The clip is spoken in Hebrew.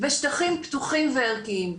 ושטחים פתוחים וערכיים.